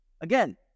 Again